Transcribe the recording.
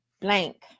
Blank